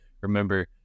remember